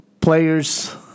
players